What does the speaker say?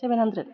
seven hundred